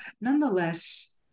nonetheless